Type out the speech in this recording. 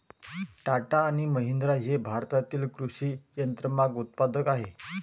टाटा आणि महिंद्रा हे भारतातील कृषी यंत्रमाग उत्पादक आहेत